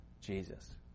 Jesus